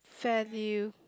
fair new